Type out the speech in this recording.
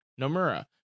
Nomura